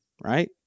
right